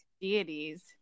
deities